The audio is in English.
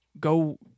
go